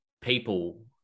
people